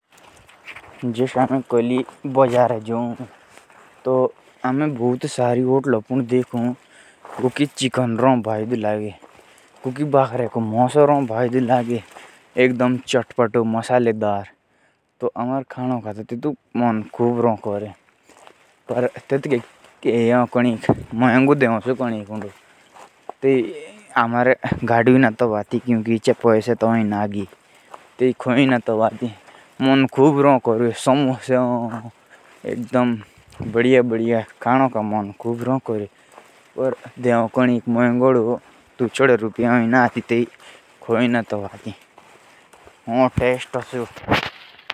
जब हम बाजार जाते हैं तो हमें होटल में तो खाना बिलकुल चटपटा होता है। पर हमारे पास खाने के लिए पैसे न होने पर हम उसे खा नहीं पाते।